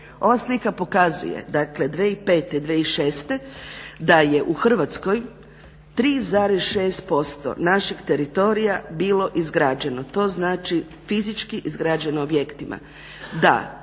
Ova slika pokazuje dakle 2005., 2006. Da je u Hrvatskoj 3,6% našeg teritorija bilo izgrađeno. To znači fizički izgrađeno objektima,